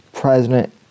president